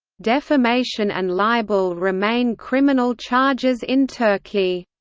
defamation and libel remain criminal charges in turkey.